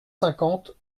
cinquante